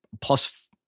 plus